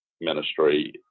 ministry